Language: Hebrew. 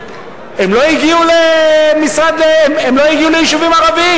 הן לא הגיעו ליישובים ערביים?